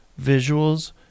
visuals